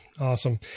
Awesome